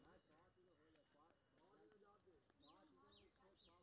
धान के पत्ता कटे वाला कीट के रोक के कोन उपाय होते?